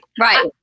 Right